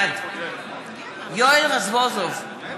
בעד יואל רזבוזוב, בעד